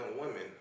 women